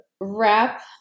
wrap